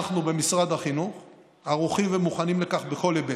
אנחנו במשרד החינוך ערוכים ומוכנים לכך בכל היבט.